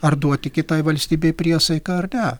ar duoti kitoje valstybei priesaiką ar ne